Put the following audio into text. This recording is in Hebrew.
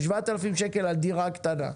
7000 שקלים על דירה קטנה.